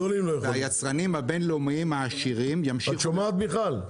היצרנים הבין לאומיים העשירים ימשיכו --- את שומעת מיכל?